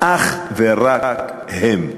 אך ורק הם.